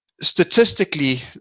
Statistically